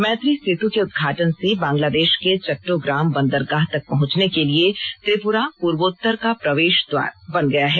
मैत्री सेतु के उद्घाटन से बंगलादेश के चट्टोग्राम बंदरगाह तक पहुंचने के लिए त्रिपुरा पूर्वोत्तर का प्रवेश द्वार बन गया है